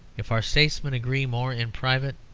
if our statesmen agree more in private,